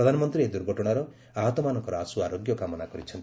ପ୍ରଧାନମନ୍ତ୍ରୀ ଏହି ଦୁର୍ଘଟଣାର ଆହତମାନଙ୍କର ଆଶୁ ଆରୋଗ୍ୟ କାମନା କରିଛନ୍ତି